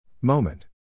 Moment